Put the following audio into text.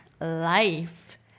life